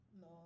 No